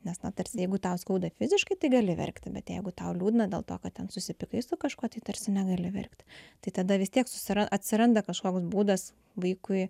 nes na tarsi jeigu tau skauda fiziškai tai gali verkti bet jeigu tau liūdna dėl to kad ten susipykai su kažkuo tai tarsi negali verkti tai tada vis tiek susiras atsiranda kažkoks būdas vaikui